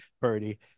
Purdy